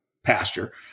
pasture